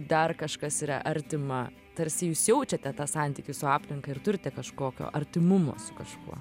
dar kažkas yra artima tarsi jūs jaučiate tą santykį su aplinka ir turite kažkokio artimumo su kažkuo